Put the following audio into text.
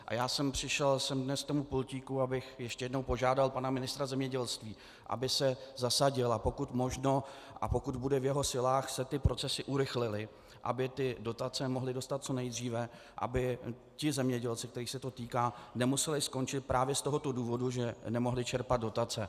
A já jsem přišel sem dnes k tomu pultíku, abych ještě jednou požádal pana ministra zemědělství, aby se zasadil, a pokud bude v jeho silách, se ty procesy urychlily, aby ty dotace mohli dostat co nejdříve, aby ti zemědělci, kterých se to týká, nemuseli skončit právě z tohoto důvodu, že nemohli čerpat dotace.